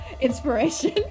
inspiration